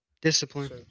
Discipline